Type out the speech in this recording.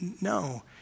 No